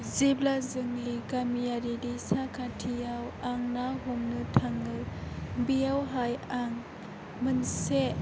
जेब्ला जोंनि गामियारि दैसा खाथियाव आं ना हमनो थाङो बेयावहाय आं मोनसे